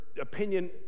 opinion